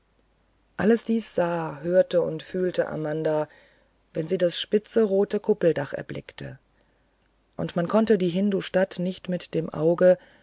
alles dies sah hörte und fühlte amanda wenn sie das spitze rote kuppeldach erblickte und man konnte die hindustadt nicht mit dem auge